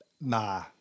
ma